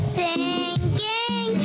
sinking